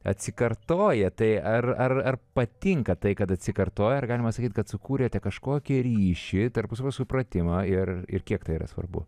atsikartoja tai ar ar patinka tai kad atsikartoja ar galima sakyt kad sukūrėte kažkokį ryšį tarpusavio supratimą ir ir kiek tai yra svarbu